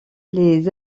les